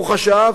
הוא חשב,